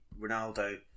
Ronaldo